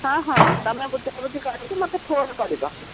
ହଁ ହଁ ତୁମେ ବୁଝାବୁଝି କରିକି ମୋତେ ଫୋନ୍ କରିବ